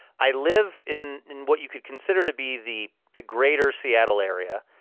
i live in in what you could consider to be the the greater seattle area.